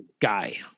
guy